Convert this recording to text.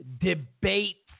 debate